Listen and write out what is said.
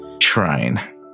shrine